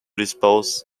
dispose